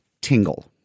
tingle